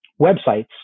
websites